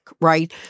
right